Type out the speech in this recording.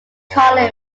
column